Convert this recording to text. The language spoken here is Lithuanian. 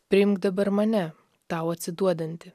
priimk dabar mane tau atsiduodantį